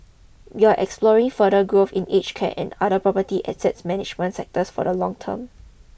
we are exploring further growth in aged care and other property assets management sectors for the long term